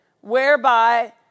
whereby